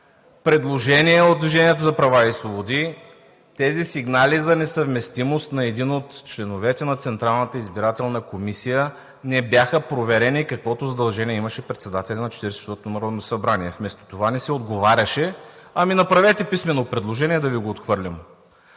предложения от „Движението за права и свободи“ тези сигнали за несъвместимост на един от членовете на Централната избирателна комисия не бяха проверени, какво задължение имаше председателя на 44-ото народно събрание. Вместо това ни се отговаряше: „Ами направете писмено предложение и да Ви го отхвърлим“.